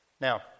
Now